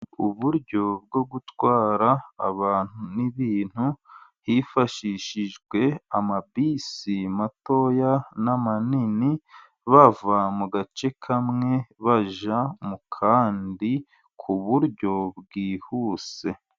Uburyo bwo gutwara abantu n'ibintu hifashishijwe amabisi matoya n' amanini, bava mu gace kamwe bajya mu kandi, ku buryo bwihuse.